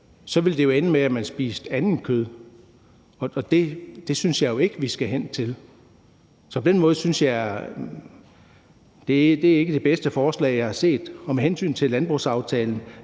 Så ville det jo ende med, at man spiste andet kød, og det synes jeg ikke vi skal hen til. Så på den måde synes jeg ikke, det er det bedste forslag, jeg har set. Og med hensyn til landbrugsaftalen